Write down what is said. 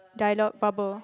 dialogue bubble